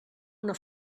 una